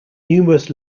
numerous